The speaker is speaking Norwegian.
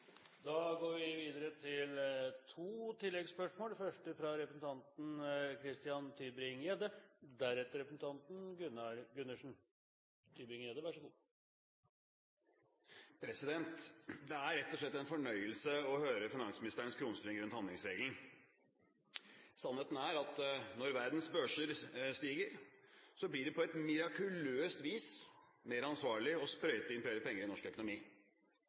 til to oppfølgingsspørsmål – først Christian Tybring-Gjedde. Det er rett og slett en fornøyelse å høre finansministerens krumspring rundt handlingsregelen. Sannheten er at når verdens børser stiger, blir det på mirakuløst vis mer ansvarlig å sprøyte inn flere penger i norsk økonomi.